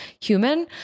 human